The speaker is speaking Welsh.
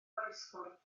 groesffordd